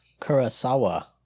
Kurosawa